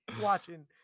watching